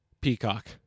Peacock